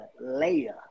layer